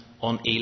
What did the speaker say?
On